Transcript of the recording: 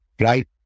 Right